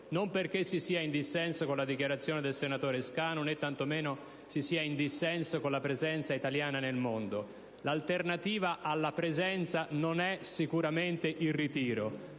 non perché si sia in dissenso con la dichiarazione del senatore Scanu, né tanto meno perché si sia in dissenso con la presenza italiana nel mondo. L'alternativa alla presenza non è sicuramente il ritiro: